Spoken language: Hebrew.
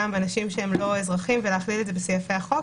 אנשים שלא אזרחים ולהכליל את זה בסעיפי החוק.